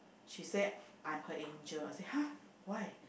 she said I'm her Angel I said !huh! why